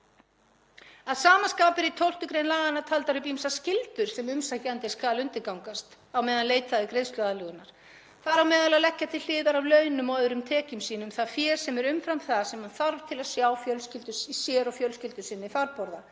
Að sama skapi eru í 12. gr. laganna taldar upp ýmsar skyldur sem umsækjandi skal undirgangast á meðan leitað er greiðsluaðlögunar, þar á meðal að leggja til hliðar af launum og öðrum tekjum sínum það fé sem er umfram það sem hann þarf til að sjá sér og fjölskyldu sinni farborða